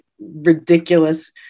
ridiculous